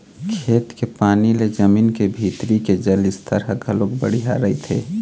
खेत के पानी ले जमीन के भीतरी के जल स्तर ह घलोक बड़िहा रहिथे